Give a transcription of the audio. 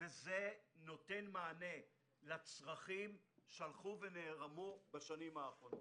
וזה נותן מענה לצרכים שהלכו ונערמו בשנים האחרונות.